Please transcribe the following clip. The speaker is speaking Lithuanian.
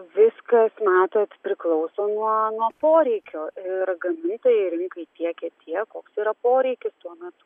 viskas matot priklauso nuo nuo poreikio ir gamintojai rinkai tiekia tiek koks yra poreikis tuo metu